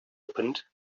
opened